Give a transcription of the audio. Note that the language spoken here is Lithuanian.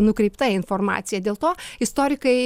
nukreipta informacija dėl to istorikai